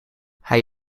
hij